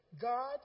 God